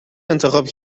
انتخاب